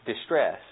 distress